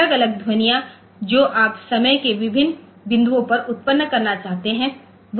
अलग अलग ध्वनियाँ जो आप समय के विभिन्न बिंदुओं पर उत्पन्न करना चाहते हैं